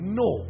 no